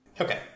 Okay